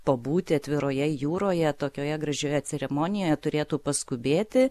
pabūti atviroje jūroje tokioje gražioje ceremonijoje turėtų paskubėti